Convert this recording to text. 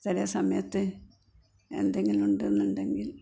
ചില സമയത്ത് എന്തെങ്കിലും ഉണ്ട് എന്നുണ്ടെങ്കിൽ